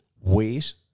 Wait